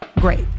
Great